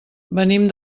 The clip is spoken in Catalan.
venim